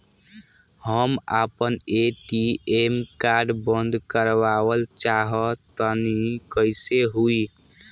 हम आपन ATM card बंद करावल चाह तनि कइसे होई?